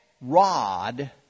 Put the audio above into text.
rod